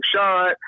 shot